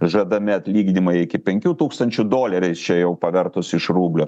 žadami atlyginimai iki penkių tūkstančių doleriais čia jau pavertus iš rublio